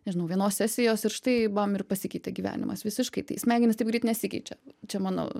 nežinau vienos sesijos ir štai bam ir pasikeitė gyvenimas visiškai tai smegenys taip greit nesikeičia čia mano